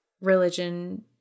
religion